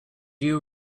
you